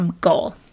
goal